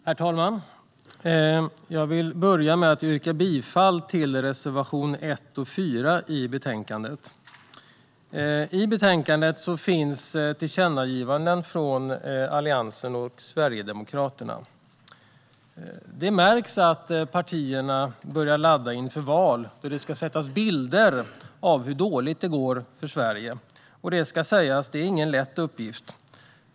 Herr talman! Jag börjar med att yrka bifall till reservationerna 1 och 4 i betänkandet. I betänkandet finns tillkännagivanden från Alliansen och Sverigedemokraterna. Det märks att partierna börjar ladda inför valet, för det ska sättas bilder på hur dåligt det går för Sverige. Men det är ingen lätt uppgift.